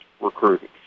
recruiting